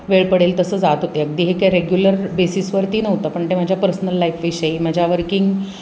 वेळ पडेल तसं जात होते अगदी हे काही रेग्युलर बेसिसवरती नव्हतं पण ते माझ्या पर्सनल लाईफविषयी माझ्या वर्किंग